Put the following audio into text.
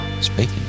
Speaking